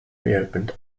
reopened